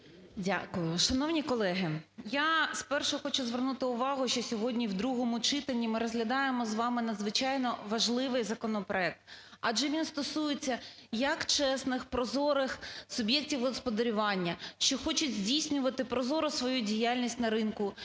Дякую. Шановні колеги, я спершу хочу звернути увагу, що сьогодні в другому читання ми розглядаємо з вами надзвичайно важливий законопроект, адже він стосується як чесних, прозорих суб'єктів господарювання, що хочуть здійснювати прозоро свою діяльність на ринку,